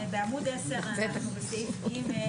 בעמוד 10 אנחנו בפסקה (ג).